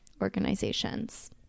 organizations